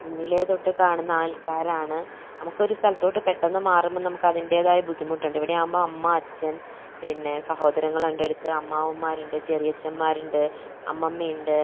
കുഞ്ഞിലേ തൊട്ട് കാണുന്ന ആൾക്കാരാണ് നമുക്കൊരു സ്ഥലത്തോട്ട് പെട്ടെന്ന് മാറുമ്പം നമുക്ക് അതിൻ്റേതായ ബുദ്ധിമുട്ടുണ്ട് ഇവിടെയാകുമ്പം അമ്മ അച്ഛൻ പിന്നെ സഹോദരങ്ങൾ ഉണ്ട് അടുത്ത് അമ്മാവന്മാരുണ്ട് ചെറിയച്ഛന്മാരുണ്ട് അമ്മമ്മയുണ്ട്